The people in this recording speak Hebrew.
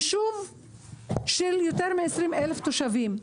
ישוב עם יותר מ-20 אלף תושבים.